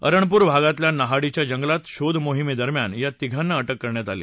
अरणपूर भागातल्या नहाडीच्या जंगलात शोधमोहीमे दरम्यान या तिघांना अटक करण्यात आली